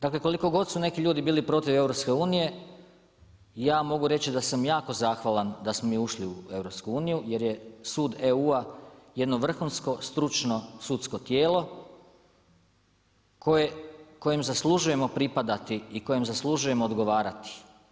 Dakle, koliko god su neki ljudi bili protiv EU ja mogu reći da sam jako zahvalan da smo mi ušli u EU, jer je sud EU jedno vrhunsko stručno sudsko tijelo kojem zaslužujemo pripadati i kojem zaslužujemo odgovarati.